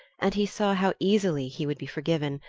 and he saw how easily he would be forgiven,